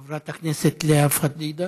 חברת הכנסת לאה פדידה,